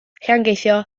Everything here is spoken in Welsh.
llangeitho